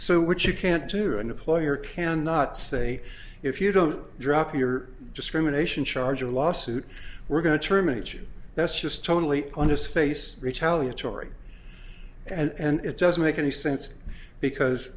so which you can't to an employer cannot say if you don't drop your discrimination charge a lawsuit we're going to terminate you that's just totally on his face retaliatory and it doesn't make any sense because